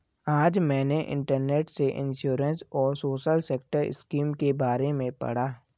आज मैंने इंटरनेट से इंश्योरेंस और सोशल सेक्टर स्किम के बारे में पढ़ा